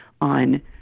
on